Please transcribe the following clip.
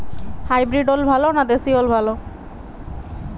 Hybrid ওল ভালো না দেশী ওল ভাল?